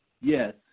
Yes